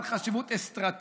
בעל חשיבות אסטרטגית.